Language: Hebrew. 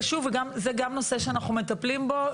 ושוב, זה גם נושא שאנחנו מטפלים בו.